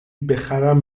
بخرم